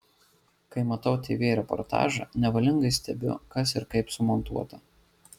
kai matau tv reportažą nevalingai stebiu kas ir kaip sumontuota